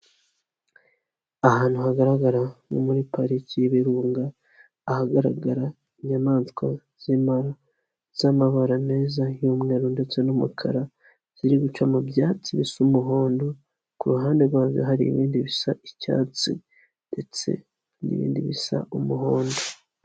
Ahantu hagaragara nko muri pariki y'ibirunga, ahagaragara inyamaswa z'impara z'amabara meza y'umweru ndetse n'umukara, ziri guca mu byatsi bisa umuhondo ku ruhande rwazo hari ibindi bisa icyatsi ndetse n'ibindi bisa umuhondo.